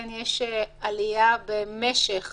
כן יש עלייה במשך